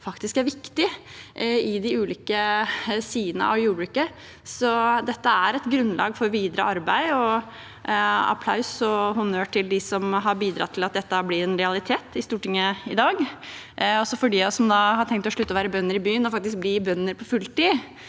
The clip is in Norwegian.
hva som er viktig i de ulike sidene av jordbruket. Dette er et grunnlag for videre arbeid. Applaus og honnør til dem som har bidratt til at dette blir en realitet i Stortinget i dag. For de av oss som har tenkt å slutte å være bønder i byen og faktisk bli bønder på fulltid,